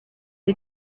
you